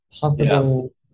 possible